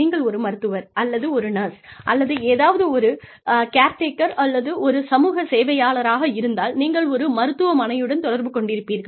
நீங்கள் ஒரு மருத்துவர் அல்லது ஒரு நர்ஸ் அல்லது ஏதோ ஒரு கேர்டேக்கர் அல்லது ஒரு சமூக சேவையாளராக இருந்தால் நீங்கள் ஒரு மருத்துவமனையுடன் தொடர்பு கொண்டிருப்பீர்கள்